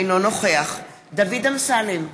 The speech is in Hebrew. אינו נוכח דוד אמסלם,